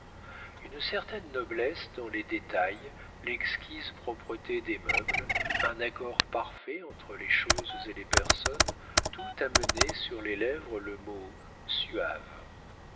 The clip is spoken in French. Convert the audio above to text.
une certaine noblesse dans les détails l'exquise propreté des meubles un accord parfait entre les choses et les personnes tout amenait sur les lèvres le mot suave